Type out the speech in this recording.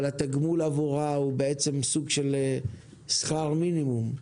אבל התגמול עבורה הוא בעצם סוג של שכר מינימום,